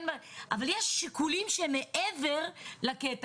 אבל יש שיקולים שהם מעבר לקטע.